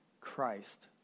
Christ